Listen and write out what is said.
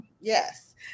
yes